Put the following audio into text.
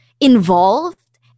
involved